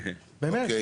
באמת.